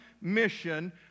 mission